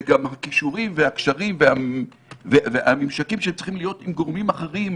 וגם הכישורים והקשרים והמימשקים שצריכים להיות עם גורמים אחרים,